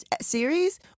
series